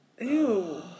Ew